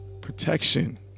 Protection